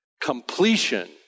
completion